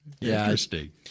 Interesting